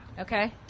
Okay